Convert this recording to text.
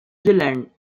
zealand